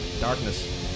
darkness